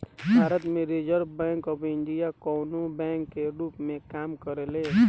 भारत में reserve bank of India कवनो bank के रूप में काम करेले